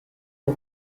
est